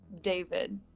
David